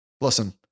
Listen